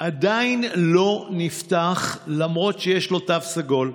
עדיין לא נפתח, למרות שיש לו תו סגול.